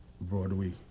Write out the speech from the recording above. Broadway